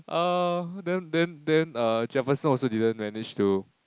uh then then then err Jefferson also didn't managed to